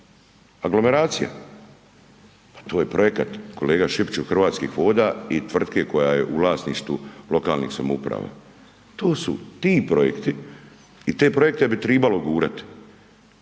aglomeracija. Pa to je projekat, kolega Šipić, Hrvatskih voda i tvrtke koja je u vlasništvu lokalnih samouprava. To su ti projekti i te projekte bi trebalo gurati.